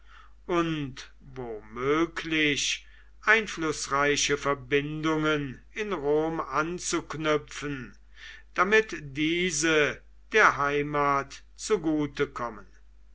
und womöglich einflußreiche verbindungen in rom anzuknüpfen damit diese der heimat zugute kommen